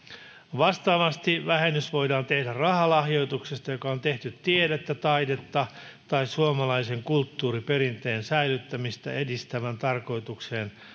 vastaavasti vähennys voidaan tehdä rahalahjoituksesta joka on tehty tiedettä taidetta tai suomalaisen kulttuuriperinteen säilyttämistä edistävään tarkoitukseen